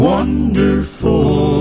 Wonderful